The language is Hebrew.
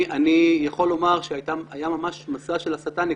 אני יכול לומר שהיה ממש מסע של הסתה נגדי.